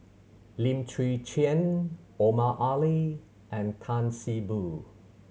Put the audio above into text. Lim Chwee Chian Omar Ali and Tan See Boo